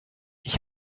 ich